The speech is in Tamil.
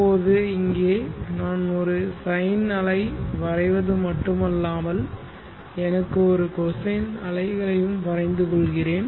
இப்போது இங்கே நான் ஒரு சைன் அலை வரைவது மட்டுமல்லாமல் எனக்கு ஒரு கொசைன் அலைகளை வரைந்து கொள்கிறேன்